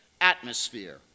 atmosphere